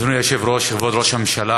אדוני היושב-ראש, כבוד ראש הממשלה,